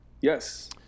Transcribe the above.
Yes